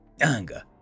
Anger